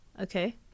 okay